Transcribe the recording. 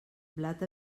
blat